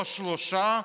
לא שלושה,